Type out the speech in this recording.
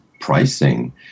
pricing